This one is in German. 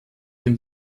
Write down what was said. dem